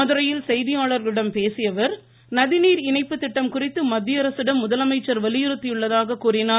மதுரையில் செய்தியாளர்களிடம் பேசியஅவர் நதிநீர் இணைப்பு திட்டம் குறித்து மத்தியஅரசிடம் முதலமைச்சர் வலியுறுத்தியுள்ளதாக கூறினார்